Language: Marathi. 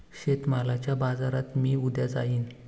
शेतमालाच्या बाजारात मी उद्या जाईन